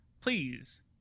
Please